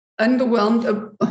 underwhelmed